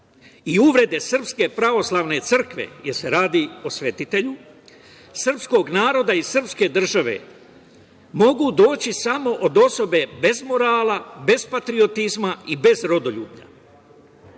i uvrede Srpske pravoslavne crkve, jer se radi o svetitelju, srpskog naroda i srpske države mogu doći samo od osobe bez morala, bez patriotizma i bez rodoljublja.